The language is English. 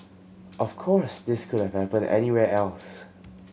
of course this could have happened anywhere else